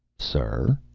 sir?